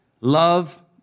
Love